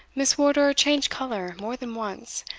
miss wardour changed colour more than once,